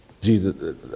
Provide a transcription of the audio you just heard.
Jesus